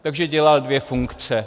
Takže dělal dvě funkce.